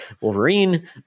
Wolverine